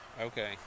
Okay